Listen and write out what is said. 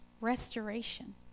restoration